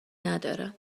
نداره